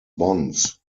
bonds